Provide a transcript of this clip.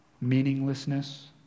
meaninglessness